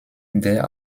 der